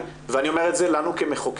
ואני אומר את זה לנו כמחוקקים,